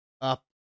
up